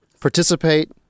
participate